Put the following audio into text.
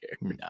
No